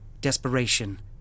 desperation